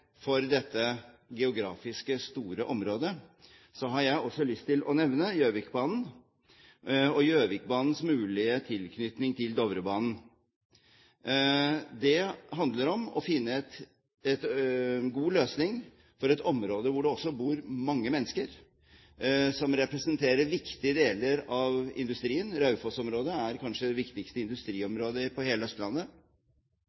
for dette geografisk store området, har jeg også lyst til å nevne Gjøvikbanen og Gjøvikbanens mulige tilknytning til Dovrebanen. Det handler om å finne en god løsning for et område hvor det også bor mange mennesker som representerer viktige deler av industrien – Raufoss-området er kanskje det viktigste